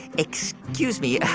excuse me,